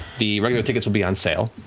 the regular tickets will be on sale.